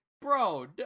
bro